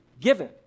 given